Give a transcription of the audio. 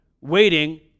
waiting